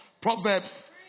Proverbs